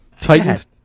Titans